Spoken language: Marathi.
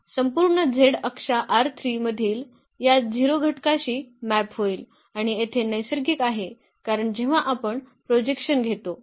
तर संपूर्ण z अक्षा मधील या 0 घटकाशी मॅप होईल आणि येथे नैसर्गिक आहे कारण जेव्हा आपण प्रोजेक्शन घेतो